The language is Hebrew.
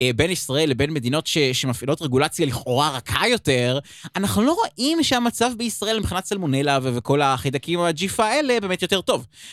בין ישראל לבין מדינות שמפעילות רגולציה לכאורה רכה יותר, אנחנו לא רואים שהמצב בישראל מבחינת סלמונלה וכל החידקים הג'יפה האלה באמת יותר טוב.